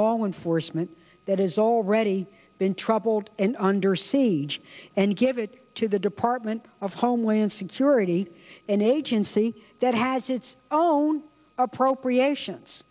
law enforcement that has already been troubled and under siege and give it to the department of homeland security an agency that has its own appropriations